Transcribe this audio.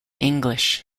english